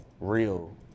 real